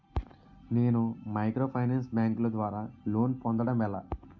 నేను మైక్రోఫైనాన్స్ బ్యాంకుల ద్వారా లోన్ పొందడం ఎలా?